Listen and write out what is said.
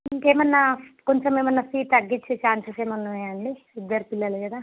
ఇంకా ఏమన్నా కొంచెం ఏమైనా ఫీ తగ్గించే ఛాన్సెస్ ఏమైనా ఉన్నాయా అండి ఇద్దరు పిల్లలు కదా